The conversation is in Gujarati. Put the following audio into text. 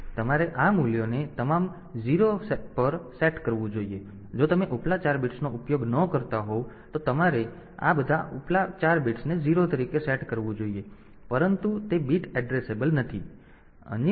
તેથી તમારે આ મૂલ્યોને તમામ 0 પર સેટ કરવું જોઈએ અને જો તમે ઉપલા 4 બિટ્સનો ઉપયોગ ન કરતા હોવ તો તમારે આ બધા ઉપલા 4 બિટ્સને 0 તરીકે સેટ કરવા જોઈએ પરંતુ તે બીટ એડ્રેસેબલ નથી